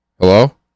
Hello